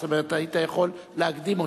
זאת אומרת, היית יכול להקדים אותי.